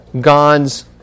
God's